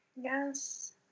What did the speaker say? Yes